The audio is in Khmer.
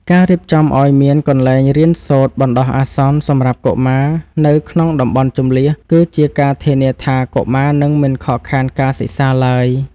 ការរៀបចំឱ្យមានកន្លែងរៀនសូត្របណ្តោះអាសន្នសម្រាប់កុមារនៅក្នុងតំបន់ជម្លៀស គឺជាការធានាថាកុមារនឹងមិនខកខានការសិក្សាឡើយ។